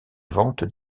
vente